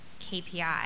KPI